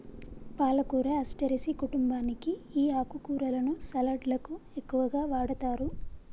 పాలకూర అస్టెరెసి కుంటుంబానికి ఈ ఆకుకూరలను సలడ్లకు ఎక్కువగా వాడతారు